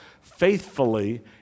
faithfully